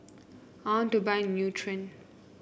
I want to buy Nutren